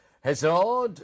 Hazard